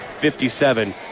57